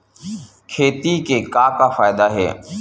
खेती से का का फ़ायदा हे?